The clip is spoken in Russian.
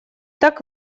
так